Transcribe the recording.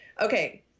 Okay